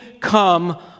come